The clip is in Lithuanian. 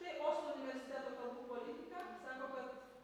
tai oslo universiteto kalbų politika sako kad